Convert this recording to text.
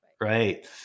right